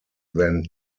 than